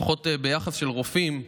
לפחות ביחס של רופאים,